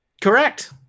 Correct